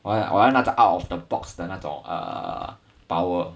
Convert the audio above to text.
我要那种 out of the box 的那种 err power